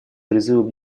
призывом